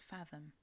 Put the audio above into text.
Fathom